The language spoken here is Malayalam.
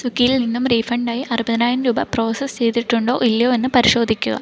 സ്വിഗ്ഗിയിൽ നിന്നും റീഫണ്ട് ആ യി അറുപതിനായിരം രൂപ പ്രോസസ്സ് ചെയ്തിട്ടുണ്ടോ ഇല്ലയോ എന്ന് പരിശോധിക്കുക